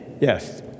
Yes